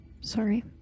Sorry